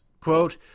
quote